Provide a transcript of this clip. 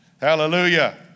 Hallelujah